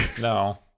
No